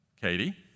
Katie